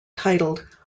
titled